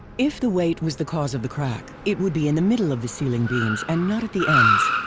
if the weight was the cause of the crack, it would be in the middle of the ceiling beams and not at the ends.